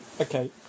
Okay